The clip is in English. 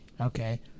Okay